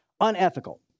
unethical